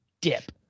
dip